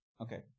Okay